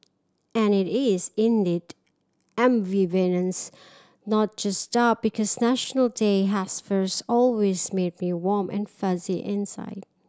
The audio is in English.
and it is indeed ambivalence not just doubt because National Day has first always made me warm and fuzzy inside